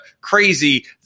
crazy